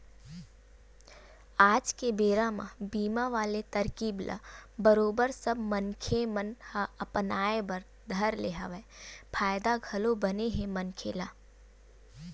आज के बेरा म बीमा वाले तरकीब ल बरोबर सब मनखे मन ह अपनाय बर धर ले हवय फायदा घलोक बने हे मनखे ल